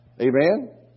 Amen